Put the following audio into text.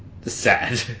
sad